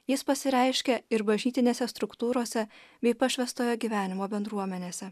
jis pasireiškia ir bažnytinėse struktūrose bei pašvęstojo gyvenimo bendruomenėse